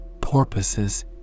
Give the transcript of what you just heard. Porpoises